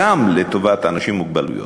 גם הוא לטובת אנשים עם מוגבלות.